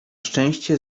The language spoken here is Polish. szczęście